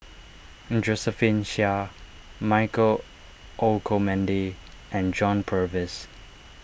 Josephine Chia Michael Olcomendy and John Purvis